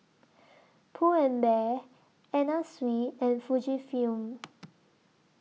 Pull and Bear Anna Sui and Fujifilm